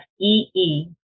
E-E